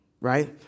right